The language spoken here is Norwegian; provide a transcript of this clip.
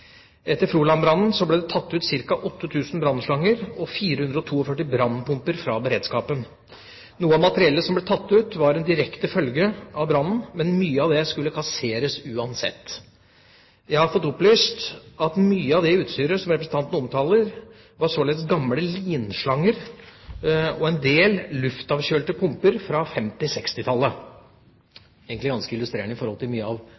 Etter Froland-brannen ble det tatt ut ca. 8 000 brannslanger og 442 brannpumper fra beredskapen. Noe av materiellet som ble tatt ut, var en direkte følge av brannen, men mye av det skulle kasseres uansett. Jeg har fått opplyst at «mye av det utstyret som representanten omtaler var således gamle linslanger og en del luftavkjølte pumper fra 50 – 60 tallet». Det er egentlig ganske illustrerende for mye av